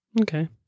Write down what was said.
okay